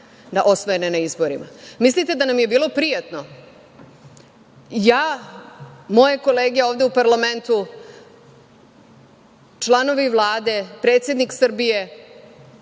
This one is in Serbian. osvojene na izborima, mislite da nam je bilo prijatno? Ja, moje kolege ovde u parlamentu, članovi Vlade, predsednik Srbije